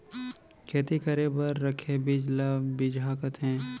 खेती करे बर रखे बीज ल बिजहा कथें